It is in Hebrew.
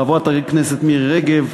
חברת הכנסת מירי רגב,